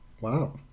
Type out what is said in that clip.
Wow